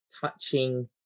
touching